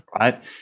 right